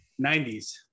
90s